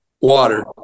Water